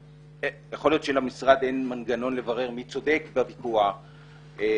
יכול להיות שלמשרד אין מנגנון לברר מי צודק בוויכוח וכולי,